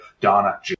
Donna